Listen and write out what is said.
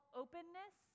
openness